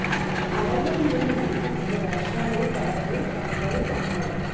అడవుల్ని నరికితే వర్షాలు పడవు, పంటలు పండవు